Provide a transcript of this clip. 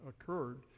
occurred